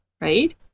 right